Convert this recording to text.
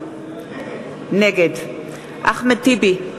נגד אחמד טיבי,